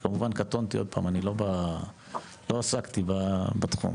כמובן, קטונתי, עוד פעם, אני לא עסקתי בתחום.